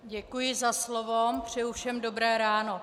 Děkuji za slovo, přeji všem dobré ráno.